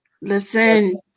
Listen